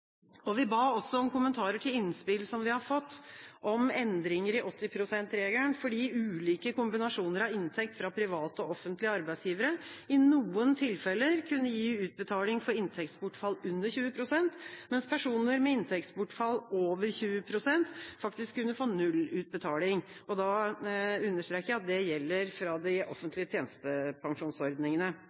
Vi ba også om kommentarer til innspill som vi har fått om endringer i 80 pst.-regelen, fordi ulike kombinasjoner av inntekter fra private og offentlige arbeidsgivere i noen tilfeller kunne gi utbetaling for inntektsbortfall under 20 pst., mens personer med inntektsbortfall over 20 pst. faktisk kunne få null utbetaling. Jeg understreker at det gjelder fra de offentlige tjenestepensjonsordningene.